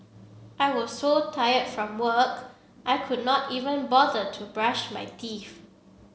I was so tired from work I could not even bother to brush my teeth